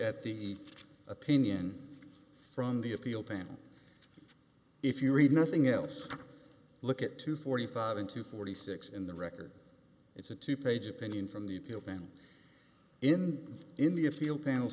at the opinion from the appeal panel if you read nothing else look at two forty five into forty six in the record it's a two page opinion from the vent in india feel panel